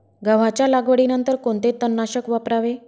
गव्हाच्या लागवडीनंतर कोणते तणनाशक वापरावे?